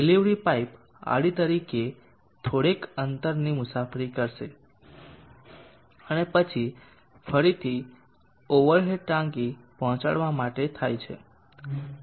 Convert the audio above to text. delivery pipe આડી રીતે થોડેક અંતરની મુસાફરી કરશે અને ત્યારબાદ ફરીથી ઓવર હેડ ટાંકી પહોંચાડવા માટે થાય છે